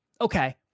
okay